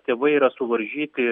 tėvai yra suvaržyti